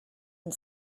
and